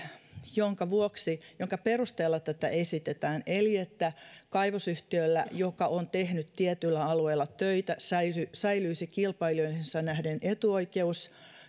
jonka perusteella tätä esitetään eli se että kaivosyhtiöllä joka on tehnyt tietyllä alueella töitä säilyisi kilpailijoihinsa nähden etuoikeus